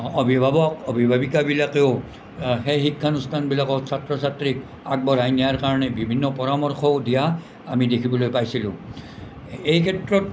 অভিভাৱক অভিভাৱিকাবিলাকেও সেই শিক্ষানুষ্ঠানবিলাকৰ ছাত্ৰ ছাত্ৰীক আগবঢ়াই নিয়াৰ কাৰণে বিভিন্ন পৰামৰ্শও দিয়া আমি দেখিবলৈ পাইছিলোঁ এইক্ষেত্ৰত